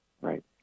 Right